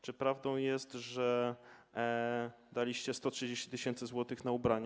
Czy prawdą jest, że daliście 130 tys. zł na ubrania?